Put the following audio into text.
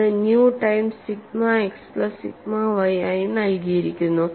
അത് nu times sigma x plus sigma y ആയി നൽകിയിരിക്കുന്നു